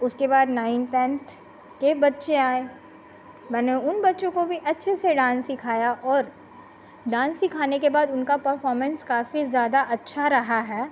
उसके बाद nine tenth के बच्चे आए मैंने उन बच्चों को भी अच्छे से डान्स सिखाया और डान्स सिखाने के बाद उनका परफॉरमेन्स काफ़ी ज़्यादा अच्छा रहा है